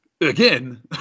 Again